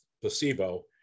placebo